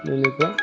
এনেকুৱা